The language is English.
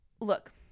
look